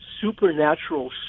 supernatural